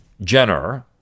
Jenner